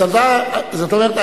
זאת אומרת,